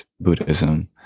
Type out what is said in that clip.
Buddhism